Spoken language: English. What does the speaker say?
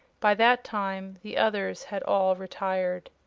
by that time the others had all retired.